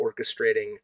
orchestrating